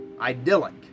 Idyllic